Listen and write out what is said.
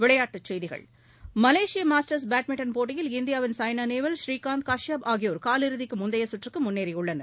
விளையாட்டுச் செய்திகள் மலேசிய மாஸ்டர்ஸ் பேட்மிண்டன் போட்டியில் இந்தியாவின் சாய்னா நேவால் புரீகாந்த் காஷியாப் ஆகியோர் காலிறுதிக்கு முந்தைய சுற்றுக்கு முன்னேறியுள்ளனர்